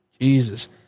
Jesus